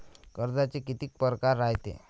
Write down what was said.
कर्जाचे कितीक परकार रायते?